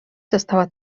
została